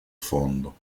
fondo